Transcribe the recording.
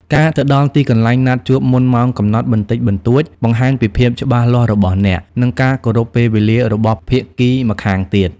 ការទៅដល់ទីកន្លែងណាត់ជួបមុនម៉ោងកំណត់បន្តិចបន្តួច បង្ហាញពីភាពច្បាស់លាស់របស់អ្នក និងការគោរពពេលវេលារបស់ភាគីម្ខាងទៀត។